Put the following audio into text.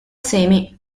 semi